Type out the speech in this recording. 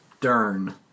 Dern